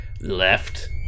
left